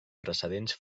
precedents